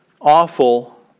awful